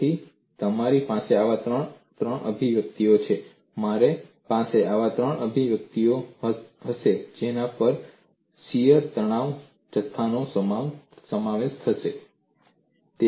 તેથી મારી પાસે આવા ત્રણ અભિવ્યક્તિઓ છે મારી પાસે આવા ત્રણ વધુ અભિવ્યક્તિઓ હશે જેમાં શીયર તણાવ જથ્થાનો સમાવેશ થાય છે